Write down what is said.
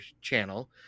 channel